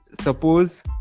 suppose